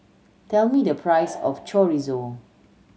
tell me the price of Chorizo